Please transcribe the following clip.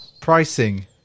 pricing